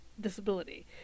disability